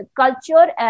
culture